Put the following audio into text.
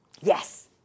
Yes